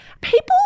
People